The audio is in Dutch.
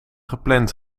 gepland